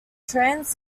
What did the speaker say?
trans